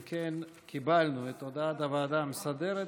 אם כן, קיבלנו את הודעת הוועדה המסדרת.